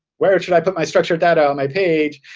where should i put my structured data on my page?